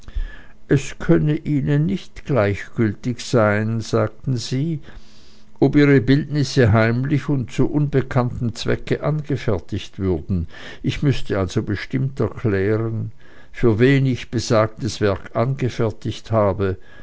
es könne ihnen nicht gleichgültig sein sagten sie ob ihre bildnisse heimlich und zu unbekanntem zwecke angefertigt würden ich müßte also bestimmt erklären für wen ich besagtes werk angefertigt habe